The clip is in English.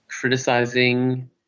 criticizing